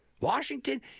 Washington